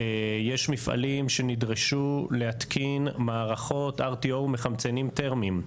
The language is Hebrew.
יש מפעלים שנדרשו להתקין מערכות RTO מחמצנים תרמיים.